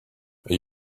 are